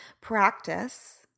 practice